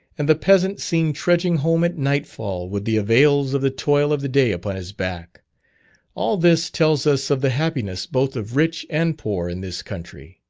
and the peasant seen trudging home at nightfall with the avails of the toil of the day upon his back all this tells us of the happiness both of rich and poor in this country.